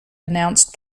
announced